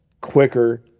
quicker